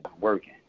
working